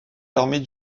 armées